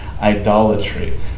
idolatry